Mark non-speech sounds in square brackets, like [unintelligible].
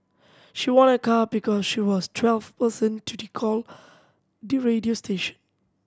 she won a car because she was twelfth person to [unintelligible] call the radio station